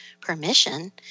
permission